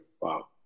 Wow